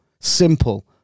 Simple